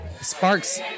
sparks